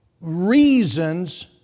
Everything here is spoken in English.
reasons